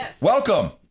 welcome